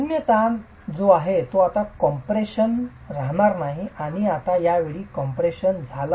शून्य ताण जो आहे तो आता कॉम्प्रेशन राहणार नाही आणि आता या वेळी कॉम्प्रेशन झाला आहे